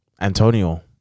Antonio